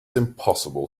impossible